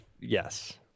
yes